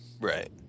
Right